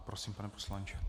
Prosím, pane poslanče.